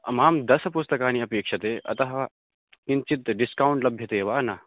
मां दश पुस्तकानि अपेक्ष्यते अतः किञ्चित् डिस्कौण्ट् लभ्यते वा न